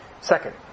Second